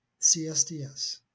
CSDS